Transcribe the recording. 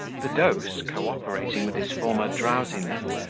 the dose, cooperating with his former drowsiness,